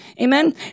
Amen